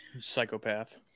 psychopath